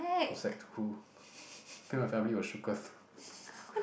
for sec two then my family was shooketh